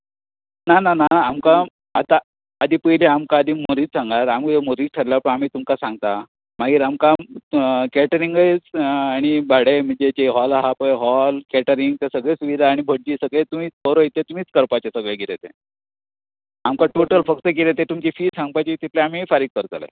ना ना ना आमकां आतां हाचे पयलीं आदीं म्हुरीत सांगात म्हुरीत थरल्या उपरांत आमी तुमकां सांगता मागीर आमकां कॅटरिंगूय आनी भाडें म्हणजें जें हॉल आहा पळय हॉल कॅटरिंग तें सगळे सुविधा आनी भटजी सगळें तुमीच करपाचें सगळें कितें तें आमकां टौटल फक्त कितें तें तुमची फी सांगपाची तितले आमी फारीक करतले